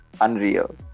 unreal